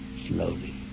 slowly